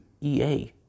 ea